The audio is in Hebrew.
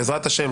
בעזרת השם,